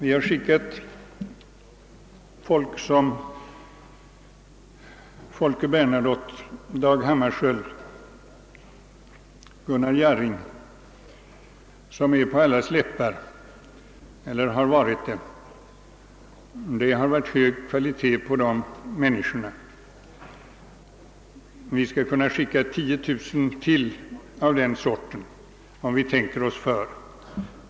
Vi har skickat människor som Folke Bernadotte, Dag Hammarskjöld, Gunnar Jarring; namn som är eller har varit på allas läppar. Det har varit hög kvalitet på dessa människor. Vi skall kunna skicka 10 000 till av den sorten, om vi tänker oss för.